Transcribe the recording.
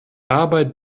arbeit